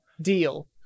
Deal